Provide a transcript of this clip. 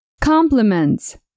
Compliments